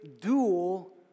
dual